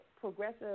progressive